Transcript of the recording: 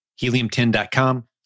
Helium10.com